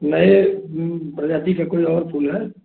नए प्रजाति का कोई और फूल हैं